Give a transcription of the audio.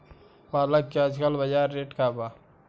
पालक के आजकल बजार रेट का बा?